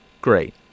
great